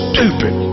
Stupid